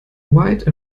wide